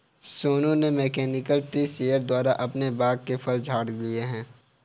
सोनू ने mechanical tree shaker द्वारा अपने बाग के फल झाड़ लिए है